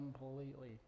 completely